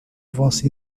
você